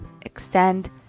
extend